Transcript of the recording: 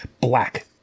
black